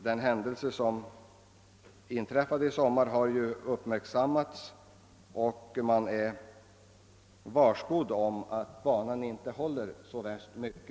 Den händelse som inträffade i somras har uppmärksammats, och man är varskodd om att banans kvalitet inte är god.